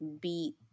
beat